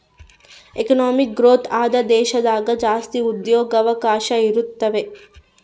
economic growth ಆದ ದೇಶದಾಗ ಜಾಸ್ತಿ ಉದ್ಯೋಗವಕಾಶ ಇರುತಾವೆ